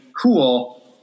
cool